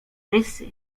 rysy